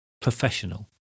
professional